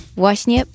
właśnie